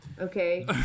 okay